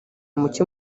muke